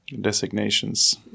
designations